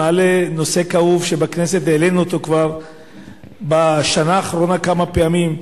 מעלה נושא כאוב שכבר העלינו אותו בכנסת בשנה האחרונה כמה פעמים.